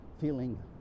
feeling